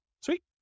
Sweet